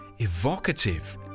evocative